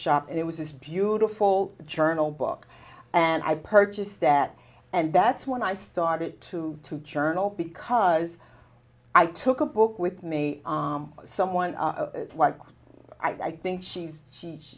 shop and it was this beautiful journal book and i purchased that and that's when i started to to journal because i took a book with me someone what i think she's she